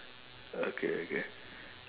okay okay